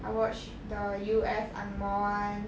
I watched the U_S angmoh one